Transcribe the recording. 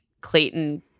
Clayton